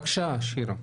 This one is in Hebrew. בבקשה, שירה.